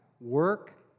work